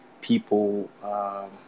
people